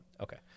Okay